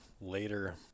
later